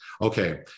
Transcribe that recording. Okay